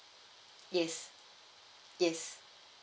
yes yes